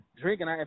drinking